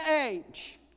age